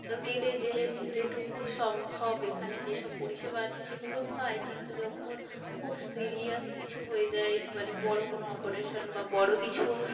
তো গেলে যেটুকু সম্ভব এখানে যে সব পরিষেবা আছে সেগুলো পাই কিন্তু যখন খুব সিরিয়াস কিছু হয়ে যায় মানে বড় কোনো অপরেশান বা বড় কিছু